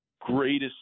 greatest